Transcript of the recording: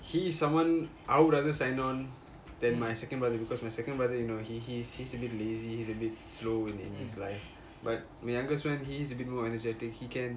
he is someone I would rather sign on then my second brother because my second brother you know he he's he's a bit lazy he's a bit slow in his life but my youngest he he is a bit more energetic he can